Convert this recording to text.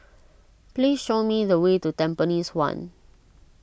please show me the way to Tampines one